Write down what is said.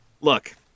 Look